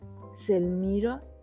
selmiro